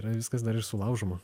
yra viskas dar ir sulaužoma